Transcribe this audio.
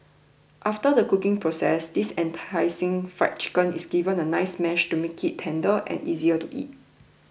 after the cooking process this enticing Fried Chicken is given a nice mash to make it tender and easier to eat